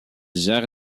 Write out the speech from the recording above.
genre